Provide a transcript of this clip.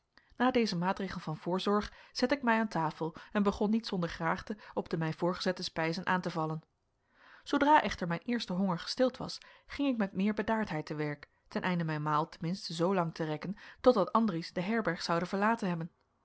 na dezen maatregel van voorzorg zette ik mij aan tafel en begon niet zonder graagte op de mij voorgezette spijzen aan te vallen zoodra echter mijn eerste honger gestild was ging ik met meer bedaardheid te werk ten einde mijn maal ten minste zoo lang te rekken totdat andries de herberg zoude verlaten hebben